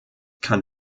kann